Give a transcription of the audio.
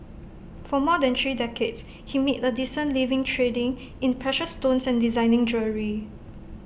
for more than three decades he made A decent living trading in precious stones and designing jewellery